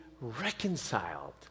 reconciled